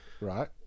Right